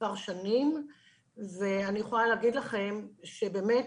מספר שנים ואני יכולה להגיד לכם שבאמת,